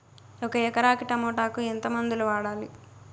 ఒక ఎకరాకి టమోటా కు ఎంత మందులు వాడాలి?